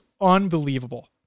unbelievable